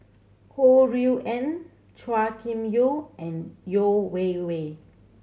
Ho Rui An Chua Kim Yeow and Yeo Wei Wei